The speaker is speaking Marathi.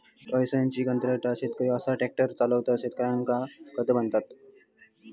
टायसनची कंत्राटी शेती असा ट्रॅक्टर चालक शेतकऱ्यांका खत बनवता